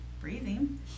breathing